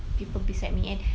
people beside me and